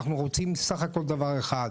אנחנו רוצים רק דבר אחד,